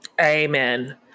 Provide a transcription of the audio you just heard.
Amen